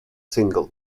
single